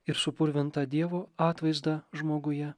ir supurvintą dievo atvaizdą žmoguje